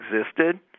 existed